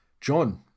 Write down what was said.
John